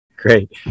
Great